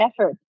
effort